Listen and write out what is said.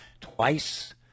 twice